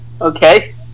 Okay